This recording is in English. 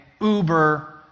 Uber